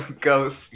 Ghost